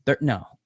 no